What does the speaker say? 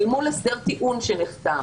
אל מול הסדר טיעון שנחתם,